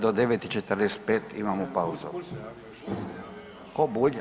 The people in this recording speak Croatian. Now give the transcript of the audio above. Do 9,45 imamo pauzu [[Upadica: Bulj se javio, Bulj se javio]] Ko Bulj?